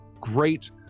great